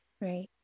Right